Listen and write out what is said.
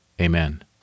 Amen